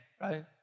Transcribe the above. right